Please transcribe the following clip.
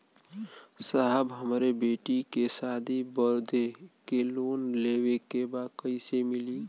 साहब हमरे बेटी के शादी बदे के लोन लेवे के बा कइसे मिलि?